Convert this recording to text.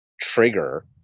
trigger